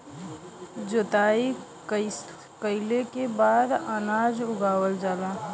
जोताई कइले के बाद अनाज उगावल जाला